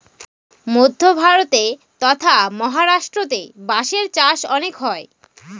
মধ্য ভারতে ট্বতথা মহারাষ্ট্রেতে বাঁশের চাষ অনেক হয়